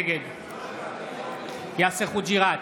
נגד יאסר חוג'יראת,